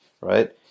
right